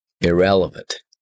irrelevant